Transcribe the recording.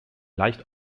leicht